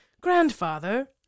Grandfather